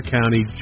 County